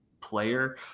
player